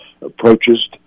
approaches